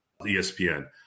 ESPN